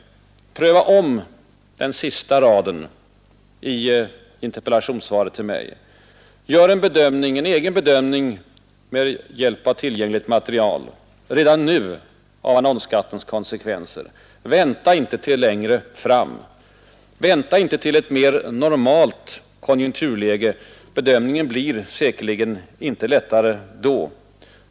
Pröva om den sista raden i interpellationssvaret till mig. Gör en bedömning, en egen bedömning, med hjälp av tillgängligt material redan nu av annonsskattens konsekvenser. Vänta inte till ”längre fram”. Vänta inte till ett ”mera normalt konjunkturläge”. Bedömningen blir säkerligen inte lättare då.